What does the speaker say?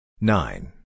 Nine